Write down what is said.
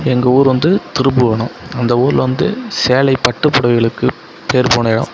எங்கள் ஊர் வந்து திருபுவனம் அந்த ஊரில் வந்து சேலை பட்டு புடவைகளுக்கு பேர் போன இடம்